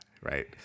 right